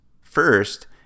First